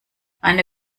eine